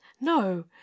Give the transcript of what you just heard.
no